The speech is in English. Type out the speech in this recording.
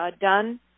done